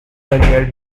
career